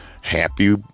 happy